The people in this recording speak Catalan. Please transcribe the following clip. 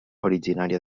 originària